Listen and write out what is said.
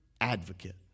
advocate